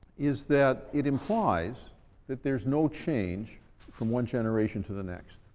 is that it implies that there's no change from one generation to the next.